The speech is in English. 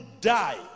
die